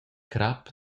crap